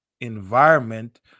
environment